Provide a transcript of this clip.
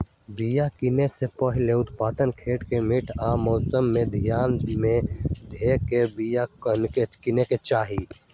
बिया किनेए से पहिले अप्पन खेत के माटि आ मौसम के ध्यान में ध के बिया किनेकेँ चाही